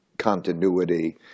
continuity